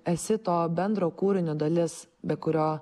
esi to bendro kūrinio dalis be kurio